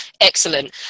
Excellent